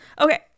Okay